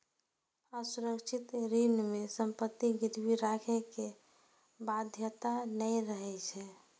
असुरक्षित ऋण मे संपत्ति गिरवी राखै के बाध्यता नै रहै छै